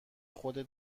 خودت